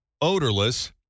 odorless